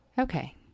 Okay